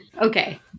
Okay